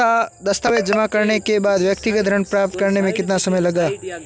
दस्तावेज़ जमा करने के बाद व्यक्तिगत ऋण प्राप्त करने में कितना समय लगेगा?